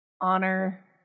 honor